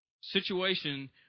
situation